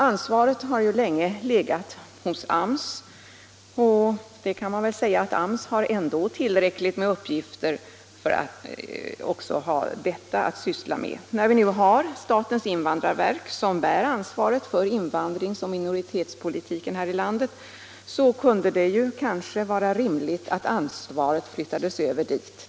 Ansvaret har ju länge legat hos AMS, som nog kan sägas ha tillräckligt med uppgifter utan att behöva syssla också med detta. När vi nu har statens invandrarverk, som bär ansvaret för invandringsoch minoritetspolitiken i vårt land, kunde det kanske vara rimligt att ansvaret flyttades över dit.